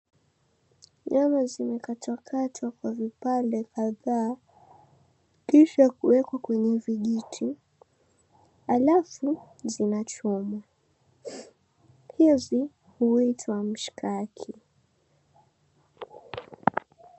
Nyama zimekatwakatwa kwa vipande kadhaa, kisha kuwekwa kwenye vijiti alafu zinachomwa. Hizi huitwa mshikaki.